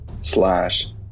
slash